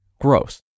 gross